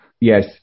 Yes